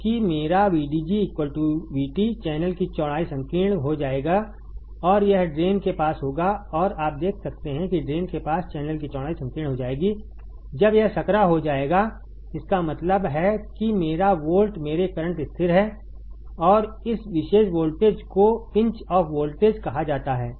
क्योंकि मेरा VDG VT channel की चौड़ाई संकीर्ण हो जाएगा और यह ड्रेन के पास होगा और आप देख सकते हैं कि ड्रेन के पास चैनल की चौड़ाई संकीर्ण हो जाएगी जब यह संकरा हो जाएगा इसका मतलब है कि मेरा वोल्ट मेरे करंट स्थिर है और इस विशेष वोल्टेज को पिंच ऑफ वोल्टेज कहा जाता है